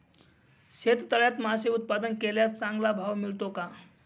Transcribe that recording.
शेततळ्यात मासे उत्पादन केल्यास चांगला भाव मिळतो का?